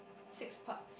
six parts